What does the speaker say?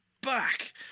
back